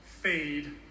fade